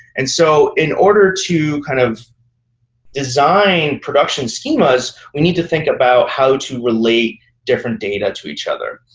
and so in order to kind of design production schemas, we need to think about how to relate different data to each other.